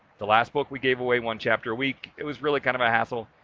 the last book, we gave away one chapter a week. it was really kind of a hassle.